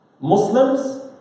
Muslims